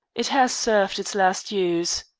it has served its last use.